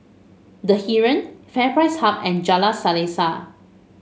The Heeren FairPrice Hub and Jalan Selaseh